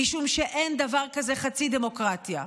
משום שאין דבר כזה חצי דמוקרטיה.